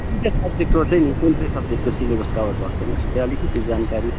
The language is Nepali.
कुन चाहिँ सब्जेक्टको चाहिँ नि कुन चाहिँ सब्जेक्टको सिलेबस कभर्ड भएको छैन त्यही अलिकति जानकारी